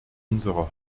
unserer